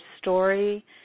story